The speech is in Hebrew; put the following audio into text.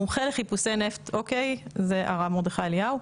המומחה לחיפושי נפט שהבאנו איתנו אמר לרב מרדכי אליהו,